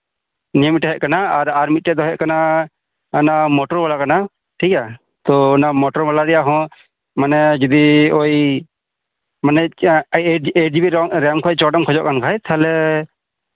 ᱱᱤᱭᱟᱹ ᱢᱮᱴᱮᱡ ᱛᱟᱦᱮᱸ ᱠᱟᱱᱟᱱ ᱟᱨ ᱢᱤᱫᱴᱮᱡ ᱫᱚ ᱦᱩᱭᱩᱜ ᱠᱟᱱᱟ ᱚᱱᱟ ᱢᱳᱴᱳᱨ ᱵᱟᱞᱟ ᱠᱟᱱᱟ ᱴᱷᱤᱠᱜᱮᱭᱟ ᱛᱚ ᱚᱱᱟ ᱢᱳᱴᱳᱨ ᱵᱟᱞᱟ ᱨᱮᱭᱟᱜ ᱦᱚᱸ ᱚᱱᱮ ᱡᱩᱫᱤ ᱳᱭ ᱢᱟᱱᱮ ᱫᱚ ᱦᱩᱭᱩᱜ ᱠᱟᱱᱟ ᱮᱭᱤᱴ ᱡᱤᱵᱤ ᱨᱮᱢ ᱠᱷᱚᱡ ᱪᱚᱴ ᱨᱮᱢ ᱠᱷᱚᱡᱚᱜ ᱠᱟᱱ ᱠᱷᱟᱡ ᱛᱟᱞᱦᱮ